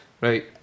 Right